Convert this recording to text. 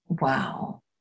Wow